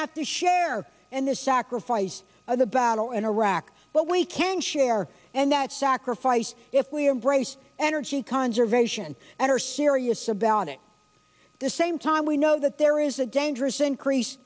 have to share and the sacrifice of the battle in iraq but we can share and that sacrifice if we embrace energy conservation and are serious about it the same time we know that there is a dangerous increase